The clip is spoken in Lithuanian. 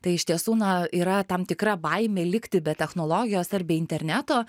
tai iš tiesų na yra tam tikra baimė likti be technologijos ar be interneto